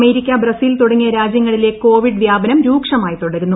America Brazil തുടങ്ങിയ രാജ്യങ്ങളിലെ covid വ്യാപനം രൂക്ഷ്മായി ്തുടരുന്നു